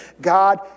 God